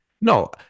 No